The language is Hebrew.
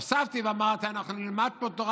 הוספתי ואמרתי: אנחנו נלמד פה תורה,